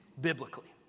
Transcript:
biblically